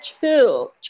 chill